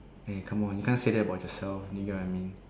eh come on you can't say that about yourself do you get what I mean